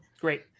great